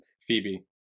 Phoebe